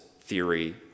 theory